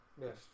yes